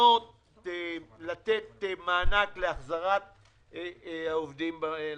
הניסיונות לתת מענק להחזרת העובדים למשק.